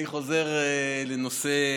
אני חוזר לנושא.